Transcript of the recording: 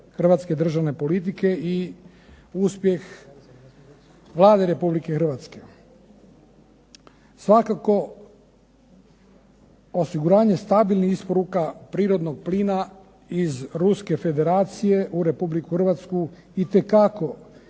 hrvatske državne politike i uspjeh Vlade Republike Hrvatske. Svakako osiguranje stabilnih isporuka prirodnog plina iz Ruske Federacije u Republiku Hrvatsku itekako